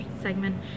segment